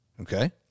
okay